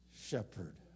shepherd